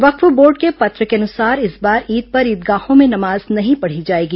वक्फ board के पत्र के अनुसार इस बार ईद पर ईदगाहों में नमाज नहीं पढ़ी जाएगी